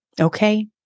Okay